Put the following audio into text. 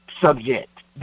subject